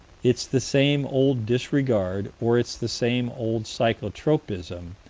it's the same old disregard, or it's the same old psycho-tropism,